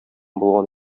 булган